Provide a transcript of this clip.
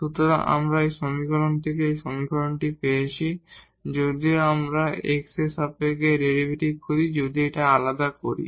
সুতরাং আমরা এই সমীকরণ থেকে এই সমীকরণটি পেয়েছি যদি আমরা x এর সাপেক্ষে ডেরিভেটিভ করি যদি আমরা এটিকে আলাদা করি